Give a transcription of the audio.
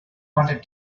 wanted